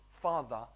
Father